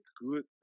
good